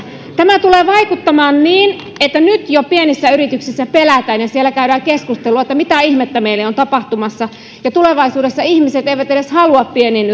tämä tulee vaikuttamaan niin että kun nyt jo pienissä yrityksissä pelätään ja siellä käydään keskustelua että mitä ihmettä meille on tapahtumassa niin tulevaisuudessa ihmiset eivät edes halua pieniin